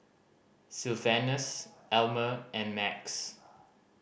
Sylvanus Elmer and Max